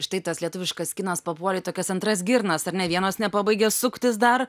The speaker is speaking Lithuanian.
štai tas lietuviškas kinas papuolė į tokias antras girnas ar ne vienos nepabaigia suktis dar